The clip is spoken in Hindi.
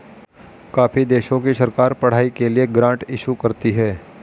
काफी देशों की सरकार पढ़ाई के लिए ग्रांट इशू करती है